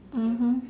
mmhmm